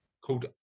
called